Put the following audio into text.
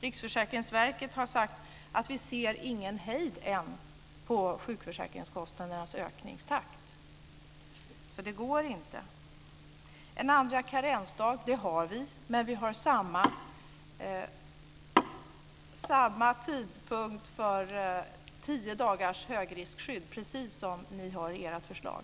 Riksförsäkringsverket har sagt att man inte ser någon hejd än på sjukförsäkringskostnadernas ökningstakt. Så det går inte. En andra karensdag har vi, men vi har tio dagars högriskskydd, precis som ni har i ert förslag.